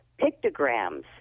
pictograms